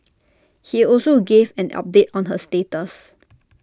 he also gave an update on her status